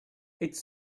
its